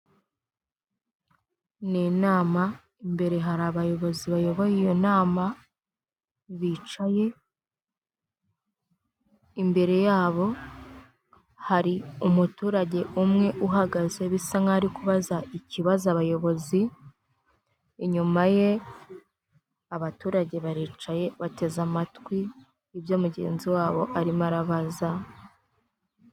N inama imbere hari abayobozi bayoboye iyo nama bicaye. Imbere yabo hari umuturage umwe uhagaze, bisa nk'aho ari kubaza ikibazo abayobozi. Inyuma ye abaturage baricaye bateze amatwi ibyo mugenzi wabo arimo arabaza.